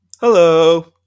Hello